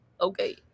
Okay